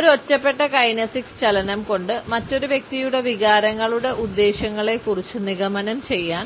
ഒരു ഒറ്റപ്പെട്ട കൈനെസിക്സ് ചലനം കൊണ്ട് മറ്റൊരു വ്യക്തിയുടെ വികാരങ്ങളുടെ ഉദ്ദേശ്യങ്ങളെക്കുറിച്ച് നിഗമനം ചെയ്യാൻ